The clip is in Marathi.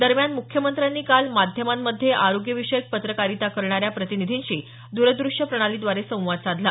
दरम्यान मुख्यमंत्र्यांनी काल माध्यमांमध्ये आरोग्य विषयक पत्रकारिता करणाऱ्या प्रतिनिधींशी दृरदृष्य प्रणालीद्वारे संवाद साधला